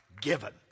given